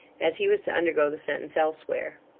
as he was to undergo the sentence elsewhere.